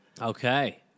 Okay